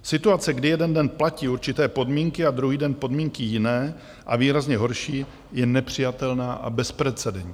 Situace, kdy jeden den platí určité podmínky a druhý den podmínky jiné a výrazně horší, je nepřijatelná a bezprecedentní.